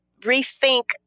rethink